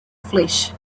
flesh